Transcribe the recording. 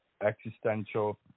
existential